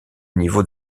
niveau